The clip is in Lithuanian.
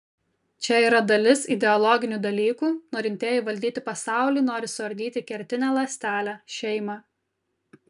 čia yra dalis ideologinių dalykų norintieji valdyti pasaulį nori suardyti kertinę ląstelę šeimą